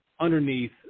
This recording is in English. underneath